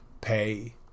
pay